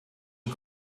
are